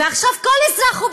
ועכשיו כל אזרח הוא,